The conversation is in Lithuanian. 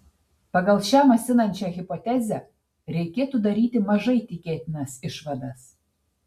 pagal šią masinančią hipotezę reikėtų daryti mažai tikėtinas išvadas